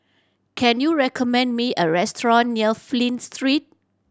can you recommend me a restaurant near Flint Street